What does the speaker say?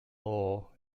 law